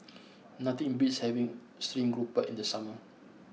nothing beats having Stream Grouper in the summer